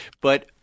But-